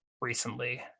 recently